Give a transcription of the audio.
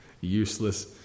useless